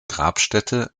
grabstätte